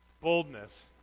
Boldness